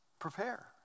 Prepare